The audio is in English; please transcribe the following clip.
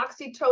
oxytocin